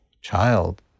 child